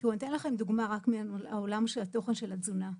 אני אתן לכם דוגמה רק מהעולם של התוכן של התזונה.